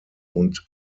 und